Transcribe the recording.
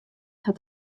hat